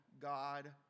God